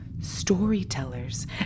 storytellers